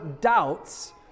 doubts